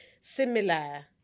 similar